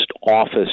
office